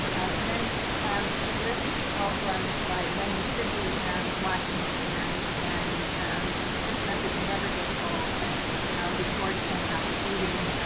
and then it lists also on this slide, when you should be washing your hands and um this this message never gets old, but before and after eating,